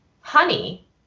honey